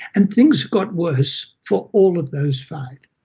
and things got worse for all of those five.